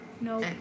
No